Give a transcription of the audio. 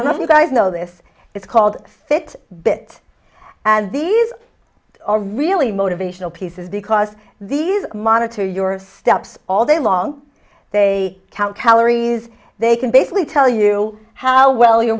don't know if you guys know this it's called fit bit and these are really motivational pieces because these monitor your steps all day long they count calories they can basically tell you how well you're